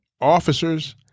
officers